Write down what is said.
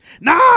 Nah